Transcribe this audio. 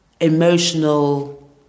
emotional